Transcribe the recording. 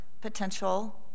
potential